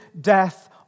death